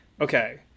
okay